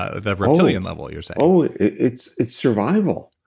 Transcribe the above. ah that reptilian level, you're saying oh, it's it's survival,